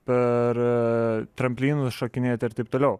per tramplynus šokinėti ir taip toliau